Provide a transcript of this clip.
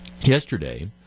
yesterday